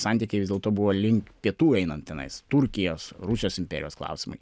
santykiai vis dėlto buvo link pietų einant tenais turkijos rusijos imperijos klausimai